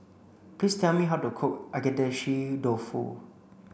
please tell me how to cook Agedashi Dofu